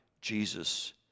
Jesus